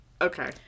Okay